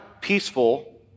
peaceful